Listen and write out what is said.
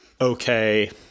okay